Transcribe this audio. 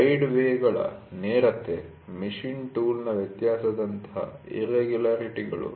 guide ವೇ'ಗಳ ನೇರತೆ machine ಟೂಲ್'ನ ವ್ಯತ್ಯಾಸದಂತಹ ಇರ್ರೆಗುಲರಿಟಿ'ಗಳು